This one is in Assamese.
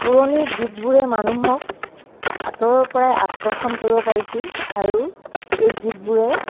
পুৰণি গীতবোৰে মানুহক আঁতৰৰ পৰাই আকৰ্ষণ কৰিব পাৰিছিল আৰু এই গীতবোৰে